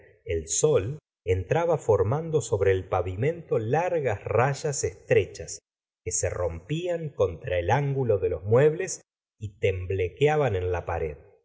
el sol entraba formando sobre el pavimento largas rayas estrechas que se rompían contra el ángulo de los muebles y temblequeaban en la pared